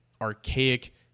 archaic